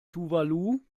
tuvalu